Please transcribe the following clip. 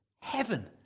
heaven